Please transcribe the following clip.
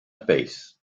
face